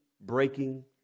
Breaking